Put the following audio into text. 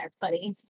buddy